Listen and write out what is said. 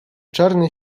czarny